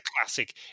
classic